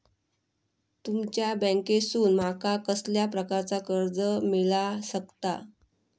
तुमच्या बँकेसून माका कसल्या प्रकारचा कर्ज मिला शकता?